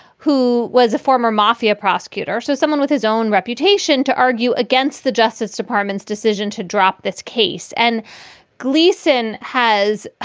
who was a former mafia prosecutor. so someone with his own reputation to argue against the justice department's decision to drop this case. and gleason has